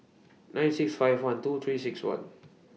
nine six five one two three six one